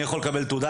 אני יכול לקבל תעודה,